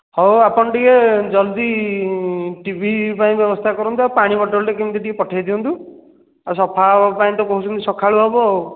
ହଉ ଆପଣ ଟିକିଏ ଜଲ୍ଦି ଟି ଭି ପାଇଁ ବ୍ୟବସ୍ଥା କରନ୍ତୁ ଆଉ ପାଣି ବଟଲ୍ଟେ କେମତି ଟିକିଏ ପଠେଇଦିଅନ୍ତୁ ଆଉ ସଫା ହେବା ପାଇଁତ କହୁଛନ୍ତି ସକାଳୁ ହେବ ଆଉ